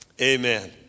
Amen